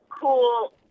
cool